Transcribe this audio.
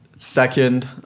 Second